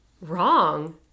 wrong